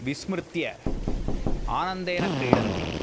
विस्मृत्य आनन्देन क्रीडन्ति